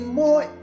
more